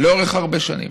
לאורך הרבה שנים.